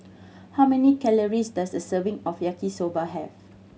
how many calories does a serving of Yaki Soba have